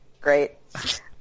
great